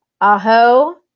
Aho